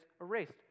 erased